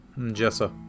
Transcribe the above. Jessa